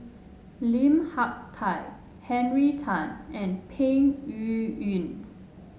Lim Hak Tai Henry Tan and Peng Yuyun